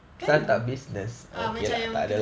kan uh macam yang